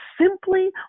simply